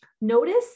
Notice